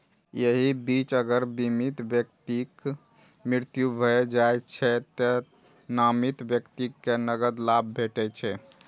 एहि बीच अगर बीमित व्यक्तिक मृत्यु भए जाइ छै, तें नामित व्यक्ति कें नकद लाभ भेटै छै